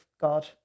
God